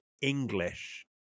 english